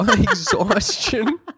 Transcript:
Exhaustion